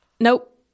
Nope